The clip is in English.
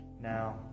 Now